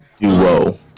Duo